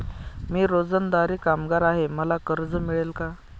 मी रोजंदारी कामगार आहे मला कर्ज मिळेल का?